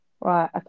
Right